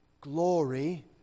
glory